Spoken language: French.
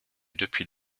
depuis